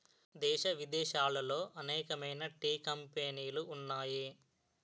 దేశ విదేశాలలో అనేకమైన టీ కంపెనీలు ఉన్నాయి